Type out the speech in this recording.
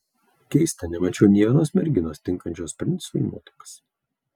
keista nemačiau nė vienos merginos tinkančios princui į nuotakas